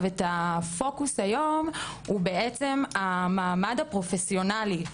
את הפוקוס היום הוא בעצם "המעמד הפרופסיונאלי"